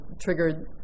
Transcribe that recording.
triggered